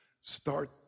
Start